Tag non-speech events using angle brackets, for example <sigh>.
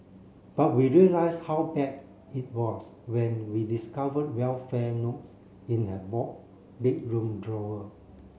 but we realise how bad it was when we discovered well fare notes in her <unintelligible> bedroom drawer